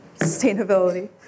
sustainability